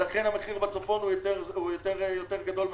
לכן המחיר בצפון הוא יותר גבוה.